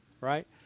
right